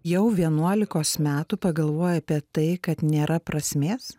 jau vienuolikos metų pagalvojai apie tai kad nėra prasmės